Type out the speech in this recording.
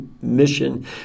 mission